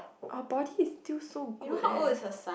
her body is still so good eh